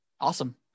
Awesome